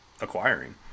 acquiring